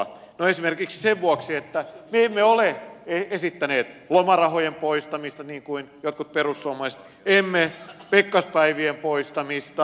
no esimerkiksi sen vuoksi että me emme ole esittäneet lomarahojen poistamista niin kuin jotkut perussuomalaiset emme pekkaspäivien poistamista